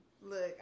Look